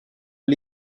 are